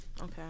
okay